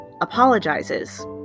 apologizes